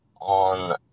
on